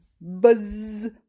buzz